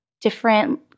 different